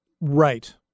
Right